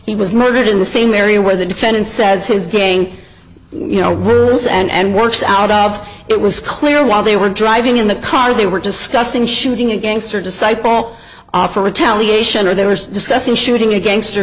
he was murdered in the same area where the defendant says his gang you know rules and works out of it was clear while they were driving in the car they were discussing shooting a gangster disciple offer retaliation or there was discussing shooting a gangster